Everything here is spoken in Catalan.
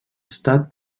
estat